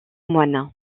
moines